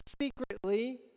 secretly